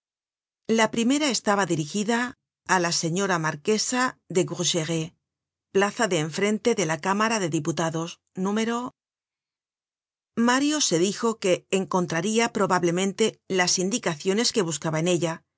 la primera estaba dirigida a la señora marquesa de grucheray plaza de en frente de la cámara de diputados núm mario se dijo que encontraria probablemente las indicaciones que buscaba en ella